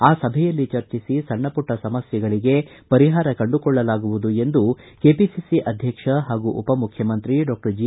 ಆ ಸಭೆಯಲ್ಲಿ ಚರ್ಚಿಸಿ ಸಣ್ಣ ಮಟ್ಟ ಸಮಸ್ಕೆಗಳಿಗೆ ಪರಿಹಾರ ಕಂಡುಕೊಳ್ಳಲಾಗುವುದು ಎಂದು ಕೆಪಿಸಿಸಿ ಅಧ್ವಕ್ಷ ಹಾಗೂ ಉಪಮುಖ್ಯಮಂತ್ರಿಡಾಕ್ಟರ್ ಜಿ